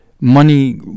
money